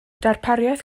darpariaeth